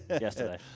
Yesterday